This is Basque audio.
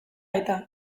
eta